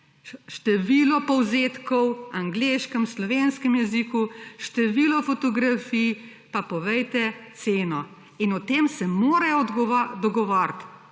število povzetkov, v angleškem, slovenskem jeziku, število fotografij, pa povejte ceno. In o tem se morajo dogovoriti.